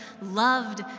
loved